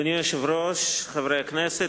מאת חברי הכנסת